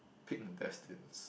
pig intestines